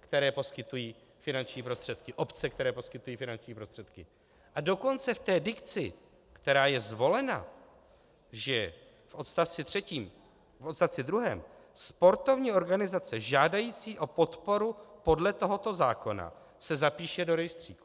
které poskytují finanční prostředky, obce, které poskytují finanční prostředky, a dokonce v té dikci, která je zvolena, že v odstavci třetím, v odstavci druhém sportovní organizace žádající o podporu podle tohoto zákona se zapíše do rejstříku.